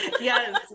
Yes